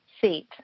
seat